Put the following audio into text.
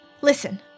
listen